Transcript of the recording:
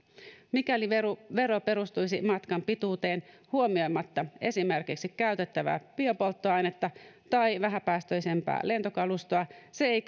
mikäli vero vero perustuisi matkan pituuteen huomioimatta esimerkiksi käytettävää biopolttoainetta tai vähäpäästöisempää lentokalustoa se ei